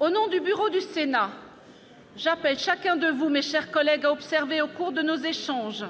Au nom du bureau du Sénat, j'appelle chacun de vous, mes chers collègues, observé au cours de nos échanges,